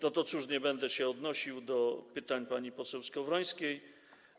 No to cóż, nie będę odnosił się do pytań pani poseł Skowrońskiej.